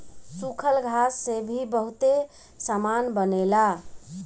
सूखल घास से भी बहुते सामान बनेला